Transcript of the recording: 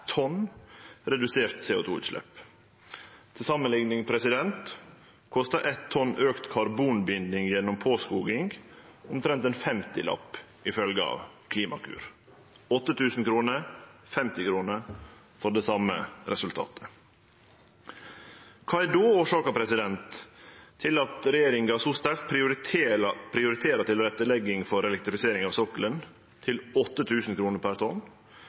tonn redusert CO 2 -utslepp. Til samanlikning kostar 1 tonn auka karbonbinding gjennom påskoging omtrent ein femtilapp, ifølgje Klimakur. 8 000 kr og 50 kr for det same resultatet! Kva er årsaka til at regjeringa så sterkt prioriterer tilrettelegging for elektrifisering av sokkelen til 8 000 kr per tonn,